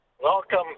Welcome